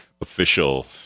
official